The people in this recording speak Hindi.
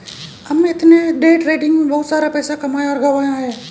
अमित ने डे ट्रेडिंग में बहुत सारा पैसा कमाया और गंवाया है